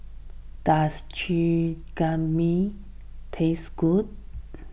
does Chigenabe taste good